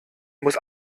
muss